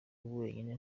wenyine